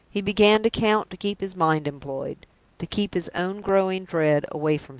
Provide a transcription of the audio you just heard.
he began to count to keep his mind employed to keep his own growing dread away from him.